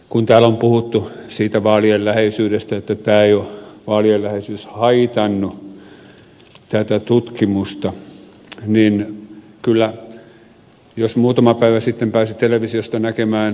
kun täällä on puhuttu siitä vaalien läheisyydestä että tämä vaalien läheisyys ei ole haitannut tätä tutkimusta niin kyllä jos muutama päivä sitten pääsi televisiosta näkemään ed